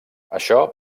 això